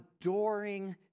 adoring